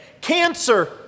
Cancer